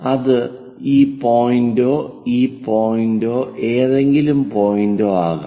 അത് ഈ പോയിന്റോ ഈ പോയിന്റോ ഏതെങ്കിലും പോയിന്റോ ആകാം